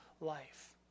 life